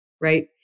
right